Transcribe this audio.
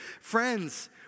Friends